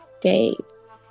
Days